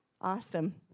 Awesome